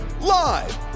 live